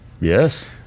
Yes